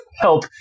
help